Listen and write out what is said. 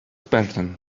spartan